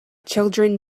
children